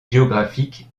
géographiques